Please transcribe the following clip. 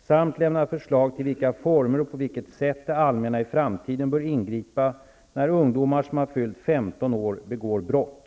samt lämna förslag till i vilka former och på vilket sätt det allmänna i framtiden bör ingripa när ungdomar som har fyllt 15 år begår brott.